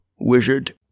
Wizard